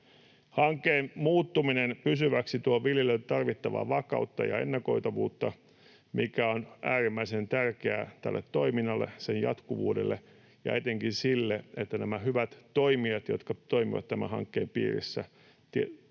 Hankkeen muuttuminen pysyväksi tuo viljelijöille tarvittavaa vakautta ja ennakoitavuutta, mikä on äärimmäisen tärkeää tälle toiminnalle, sen jatkuvuudelle ja etenkin sille, että nämä hyvät toimijat, jotka toimivat tämän hankkeen piirissä,